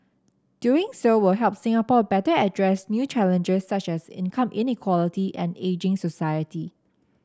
doing so will help Singapore better address new challenges such as income inequality and ageing society